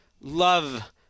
love